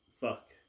fuck